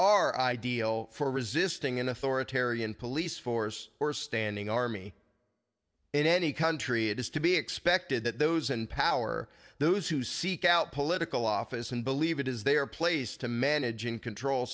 are ideal for resisting an authoritarian police force or standing army in any country it is to be expected that those in power those who seek out political office and believe it is their place to manage and control